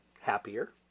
happier